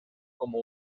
como